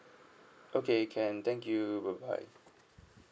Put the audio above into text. okay can thank you bye bye